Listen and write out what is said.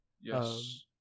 Yes